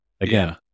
again